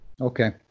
Okay